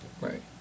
Right